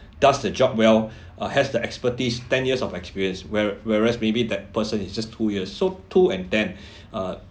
does the job well uh has the expertise ten years of experience where whereas maybe that person it's just two years so two and ten uh